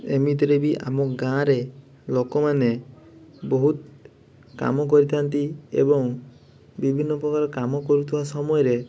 ଏମିତିରେ ବି ଆମ ଗାଁରେ ଲୋକୋମାନେ ବହୁତ କାମ କରିଥାନ୍ତି ଏବଂ ବିଭିନ୍ନ ପ୍ରକାର କାମ କରୁଥିବା ସମୟରେ